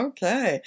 Okay